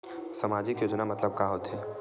सामजिक योजना मतलब का होथे?